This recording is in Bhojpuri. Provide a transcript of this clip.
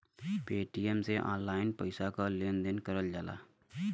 पेटीएम से ऑनलाइन पइसा क लेन देन करल जाला